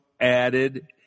added